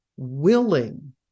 willing